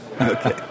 Okay